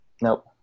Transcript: nope